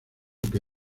que